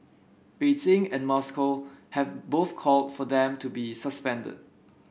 Beijing and Moscow have both called for them to be suspended